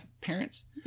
parents